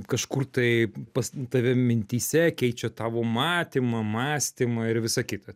kažkur tai pas tave mintyse keičia tavo matymą mąstymą ir visą kitą